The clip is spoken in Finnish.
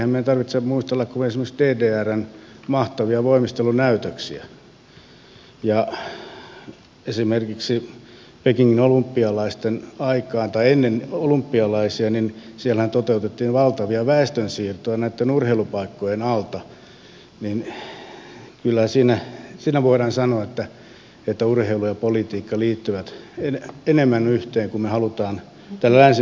eihän meidän tarvitse muistella kuin esimerkiksi ddrn mahtavia voimistelunäytöksiä ja esimerkiksi ennen pekingin olympialaisia siellähän toteutettiin valtavia väestönsiirtoja näitten urheilupaikkojen alta niin että kyllä voidaan sanoa että urheilu ja politiikka liittyvät enemmän yhteen kuin me haluamme täällä länsimaissa myöntää